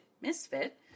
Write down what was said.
misfit